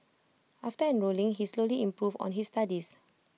after enrolling he slowly improved on his studies